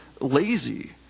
lazy